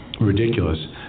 ridiculous